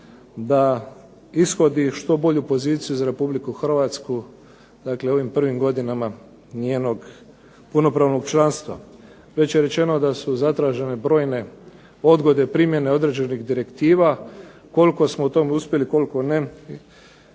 da ishodi što bolju poziciju za Republiku Hrvatsku dakle u ovim prvim godinama njenog punopravnog članstva. Već je rečeno da su zatražene brojne odgode, primjene određenih direktiva. Koliko smo u tome uspjeli, koliko ne,